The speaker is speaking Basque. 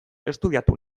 estudiatu